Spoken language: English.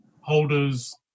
holders